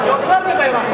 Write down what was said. מדי, יותר מדי רחוק.